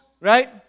Right